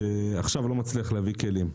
שעכשיו לא מצליח להביא כלים.